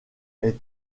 est